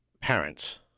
parents